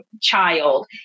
child